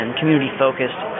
community-focused